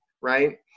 right